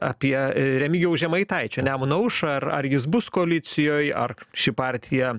apie remigijaus žemaitaičio nemuną aušrą ar ar jis bus koalicijoj ar ši partija